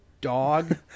dog